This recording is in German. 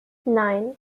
nein